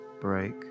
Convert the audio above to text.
break